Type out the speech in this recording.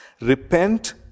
repent